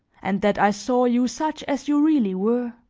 and that i saw you such as you really were.